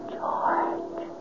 George